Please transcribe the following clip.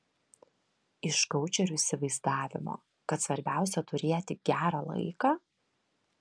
iš koučerių įsivaizdavimo kad svarbiausia turėti gerą laiką